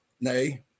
nay